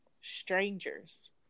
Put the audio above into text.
strangers